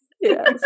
Yes